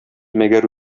мәгәр